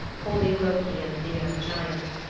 holding loki and the young giant.